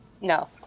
No